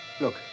Look